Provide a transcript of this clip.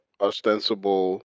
ostensible